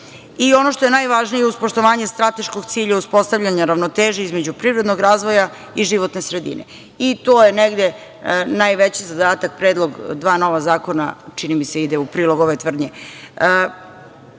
i, ono što je najvažnije, uz poštovanje strateškog cilja uspostavljanja ravnoteže između privrednog razvoja i životne sredine. Negde najveći zadatak predloga dva nova zakona, čini mi se, ide u prilog ove tvrdnje. Kada